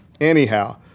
anyhow